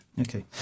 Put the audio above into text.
Okay